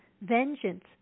Vengeance